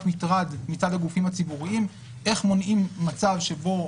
מטרד מצד הגופים הציבוריים איך מונעים מצב שבו